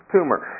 Tumor